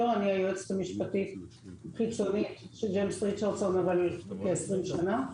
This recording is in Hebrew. היועצת המשפטית חיצונית של ג'יימס ריצ'רדסון מזה כ-20 שנים.